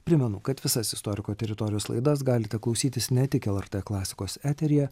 primenu kad visas istoriko teritorijos laidas galite klausytis ne tik lrt klasikos eteryje